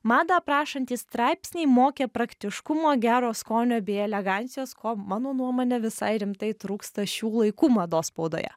madą aprašantys straipsniai mokė praktiškumo gero skonio bei elegancijos ko mano nuomone visai rimtai trūksta šių laikų mados spaudoje